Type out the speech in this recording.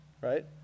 right